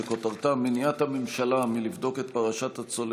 כותרתה: מניעת הממשלה לבדוק את פרשת השחיתות